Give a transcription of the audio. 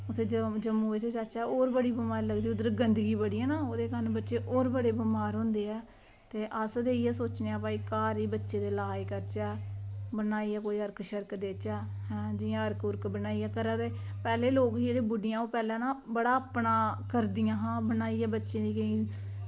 जे जम्मू बिच जाह्चै ते होर बमारी लगदी ऐ गंदगी बड़ी ऐ ना ते ओह्दे कारण बच्चे होर बड़े बमार होंदे ऐ ते अस ते इयै सोचने आं की घर गै बच्चे दा लाज़ करने आं बनाइयै कोई अर्क देचै जियां बनाइयै कोई अरक घरै दे पैह्लें लोक ना ओह् बुड्ढ़ियां बड़ा अपना करदियां हियां बनाइयै अपने